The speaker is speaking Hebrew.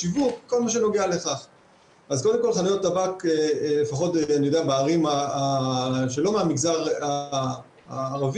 קודם כל אני אשמח לקבל את התוצאות של הפגישה הזאת ומה הולכים לעשות